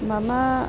मम